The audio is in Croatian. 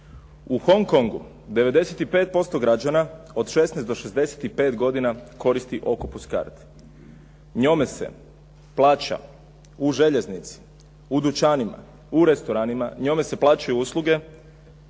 U Hong Kongu 95% građana od 16 do 65 godina koristi Octopus card. Njome se plaća u željeznici, u dućanima, u restoranima, njome se plaćaju usluge.